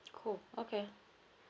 cool okay